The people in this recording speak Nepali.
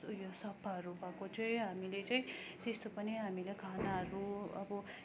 होइन उयो सफाहरू भएको चाहिँ हामीले चाहिँ त्यस्तो पनि हामीले खानाहरू